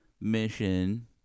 Mission